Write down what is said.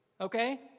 okay